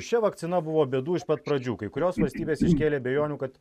šia vakcina buvo bėdų iš pat pradžių kai kurios valstybės iškėlė abejonių kad